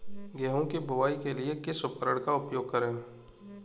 गेहूँ की बुवाई के लिए किस उपकरण का उपयोग करें?